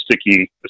sticky